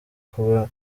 kuba